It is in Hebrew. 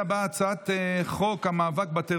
הצעת חוק שלילת תקציב ממוסדות חינוך המלמדים את